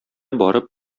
барып